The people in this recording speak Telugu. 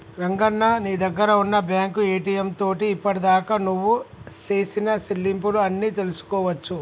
రంగన్న నీ దగ్గర ఉన్న బ్యాంకు ఏటీఎం తోటి ఇప్పటిదాకా నువ్వు సేసిన సెల్లింపులు అన్ని తెలుసుకోవచ్చు